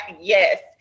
yes